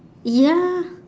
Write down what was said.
ya